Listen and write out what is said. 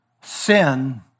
sin